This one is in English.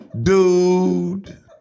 dude